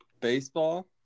Baseball